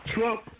Trump